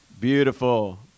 Beautiful